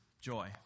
joy